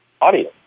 audience